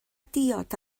diod